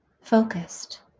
focused